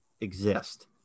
exist